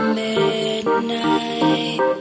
midnight